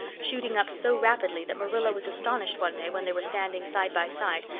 shooting up so rapidly that marilla was astonished one day, when they were standing side by side,